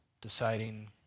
deciding